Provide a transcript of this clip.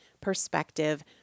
Perspective